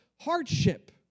hardship